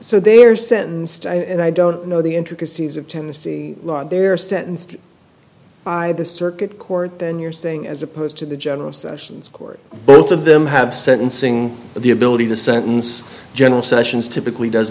so they are sentenced and i don't know the intricacies of tennessee they're sentenced by the circuit court then you're saying as opposed to the general sessions court both of them have sentencing the ability to sentence general sessions typically does